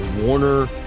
Warner